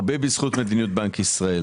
הרבה בזכות מדיניות בנק ישראל.